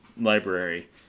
library